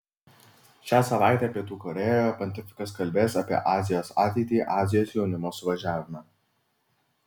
šią savaitę pietų korėjoje pontifikas kalbės apie azijos ateitį azijos jaunimo suvažiavime